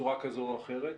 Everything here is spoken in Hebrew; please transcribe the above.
בצורה כזו או אחרת,